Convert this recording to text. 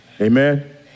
Amen